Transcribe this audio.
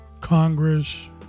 Congress